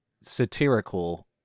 satirical